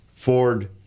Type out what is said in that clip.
ford